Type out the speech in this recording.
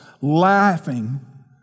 Laughing